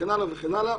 וכן הלאה וכן הלאה.